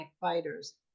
fighters